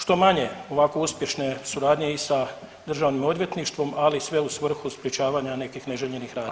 Što manje ovako uspješne suradnje i sa Državnim odvjetništvom, ali sve u svrhu sprječavanja nekih neželjenih radnji.